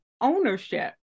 ownership